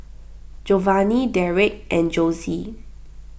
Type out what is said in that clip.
Jovanny Derrek and Jossie